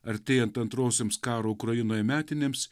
artėjant antrosioms karo ukrainoje metinėms